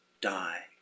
die